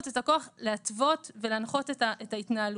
ואת הכוח להתוות ולהנחות את ההתנהלות.